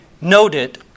noted